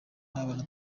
n’abana